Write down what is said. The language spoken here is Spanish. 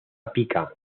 pica